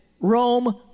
Rome